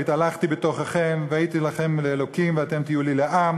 "והתהלכתי בתוככם והייתי לכם לאלקים ואתם תהיו לי לעם